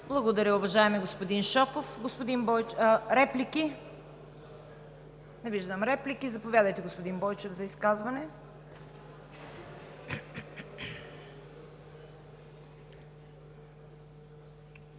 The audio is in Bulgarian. Благодаря, уважаеми господин Шопов. Реплики? Не виждам. Заповядайте, господин Бойчев, за изказване.